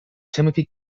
timothy